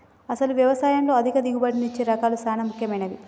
అసలు యవసాయంలో అధిక దిగుబడినిచ్చే రకాలు సాన ముఖ్యమైనవి